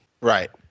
Right